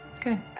Good